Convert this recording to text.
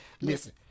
Listen